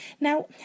Now